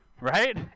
right